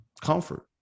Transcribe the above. comfort